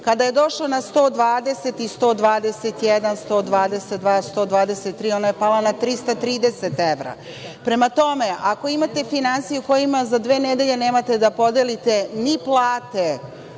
kada je došao na 120, 121, 122 i 123, ona je pala na 330 evra. Prema tome, ako imate finansije kojima nemate za dve nedelje da podelite ni plate